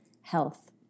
health